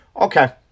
Okay